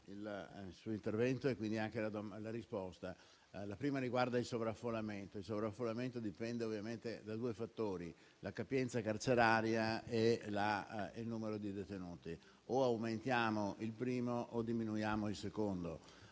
il suo intervento e, quindi, anche la risposta. La prima riguarda il sovraffollamento, che dipende ovviamente da due fattori, la capienza carceraria e il numero di detenuti: o aumentiamo il primo o diminuiamo il secondo.